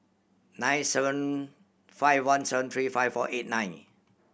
nine seven five one seven three five four eight nine